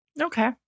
Okay